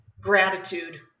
gratitude